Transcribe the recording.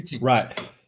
Right